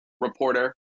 reporter